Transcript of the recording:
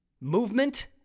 movement